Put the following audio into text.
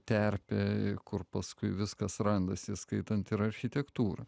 terpė kur paskui viskas randasi įskaitant ir architektūrą